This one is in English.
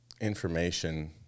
information